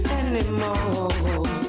anymore